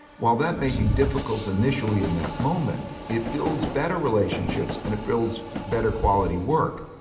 while that may be difficult initially in that moment, it builds better relationships and it builds better quality work.